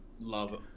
love